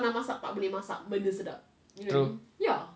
true